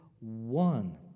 one